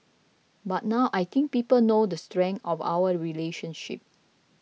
but now I think people know the strength of our relationship